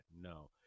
No